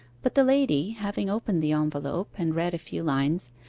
but the lady, having opened the envelope and read a few lines,